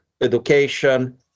education